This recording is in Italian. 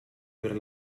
per